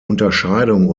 unterscheidung